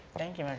thank you,